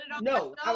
No